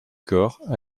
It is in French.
corps